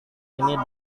ini